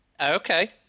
Okay